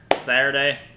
Saturday